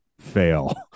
Fail